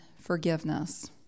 forgiveness